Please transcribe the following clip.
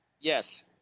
Yes